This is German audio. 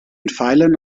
pfeilen